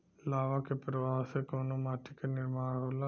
लावा क प्रवाह से कउना माटी क निर्माण होला?